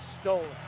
stolen